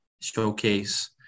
showcase